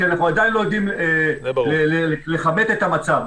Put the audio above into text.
כי אנחנו עדיין לא יודעים לכמת את המצב.